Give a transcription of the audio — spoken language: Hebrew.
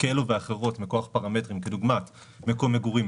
כאלו ואחרות מכוח פרמטרים כדוגמת מקום מגורים,